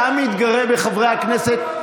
אתה מתגרה בחברי הכנסת,